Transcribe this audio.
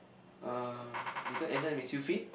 uh because exercise makes you fit